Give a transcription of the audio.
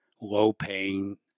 low-paying